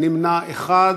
נמנע אחד.